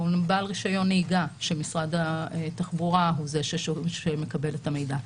או בעל רישיון נהיגה שמשרד התחבורה הוא זה שמקבל את המידע.